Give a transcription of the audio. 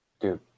Dude